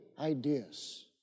ideas